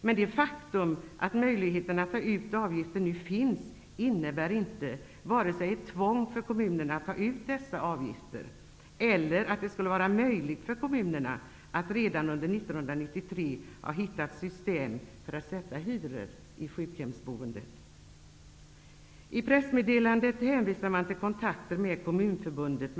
Men det faktum att möjligheten att ta ut avgifter nu finns innebär inte vare sig ett tvång för kommunerna att ta ut dessa avgifter eller att det skulle vara möjligt för kommunerna att redan under 1993 ha hittat system för att sätta hyror i sjukhemsboendet. I pressmeddelandet hänvisar man till kontakter med Kommunförbundet.